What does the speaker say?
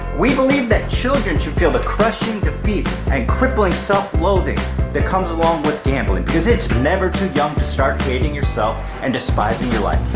we believe that children should feel the crushing defeat and crippling self-loathing that comes along with gambling. because it's never too young to start hating yourself and despising your life.